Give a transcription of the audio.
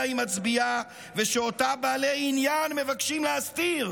היא מצביעה ושאותה בעלי עניין מבקשים להסתיר,